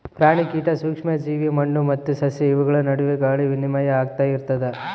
ಪ್ರಾಣಿ ಕೀಟ ಸೂಕ್ಷ್ಮ ಜೀವಿ ಮಣ್ಣು ಮತ್ತು ಸಸ್ಯ ಇವುಗಳ ನಡುವೆ ಗಾಳಿ ವಿನಿಮಯ ಆಗ್ತಾ ಇರ್ತದ